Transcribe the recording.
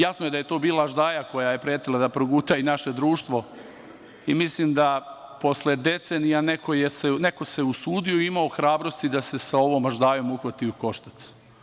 Jasno je da je tu bila aždaja koja je pretila da proguta i naše društvo i mislim da posle decenija neko se usudio i imao hrabrosti da se sa ovom aždajom uhvati u koštac.